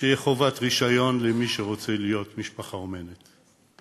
שתהיה חובת רישיון למי שרוצה להיות משפחה אומנת.